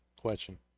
Question